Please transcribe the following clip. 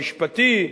המשפטי,